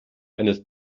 eines